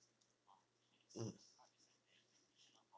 mm